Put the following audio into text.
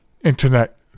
internet